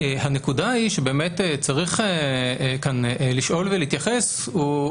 הנקודה שצריך כאן לשאול ולהתייחס היא,